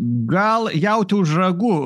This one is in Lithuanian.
gal jautį už ragų